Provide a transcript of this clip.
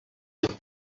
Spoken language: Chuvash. чӑваш